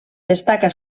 destaca